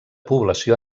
població